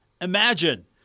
Imagine